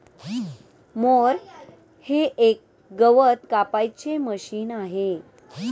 mower हे एक गवत कापायचे मशीन आहे